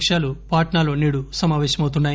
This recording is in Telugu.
పకాలు పాట్సాలో నేడు సమాపేశమౌతున్నాయి